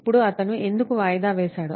ఇప్పుడు అతను ఎందుకు వాయిదా వేశాడు